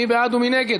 מי בעד ומי נגד?